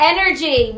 Energy